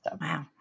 Wow